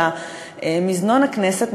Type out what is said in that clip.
אלא מזנון הכנסת,